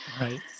Right